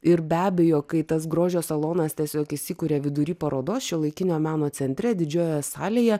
ir be abejo kai tas grožio salonas tiesiog įsikuria vidury parodos šiuolaikinio meno centre didžiojoje salėje